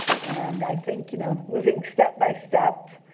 and i think you know moving step by step,